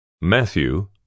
Matthew